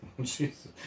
Jesus